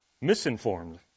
Misinformed